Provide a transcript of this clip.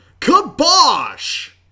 KABOSH